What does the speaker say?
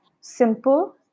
simple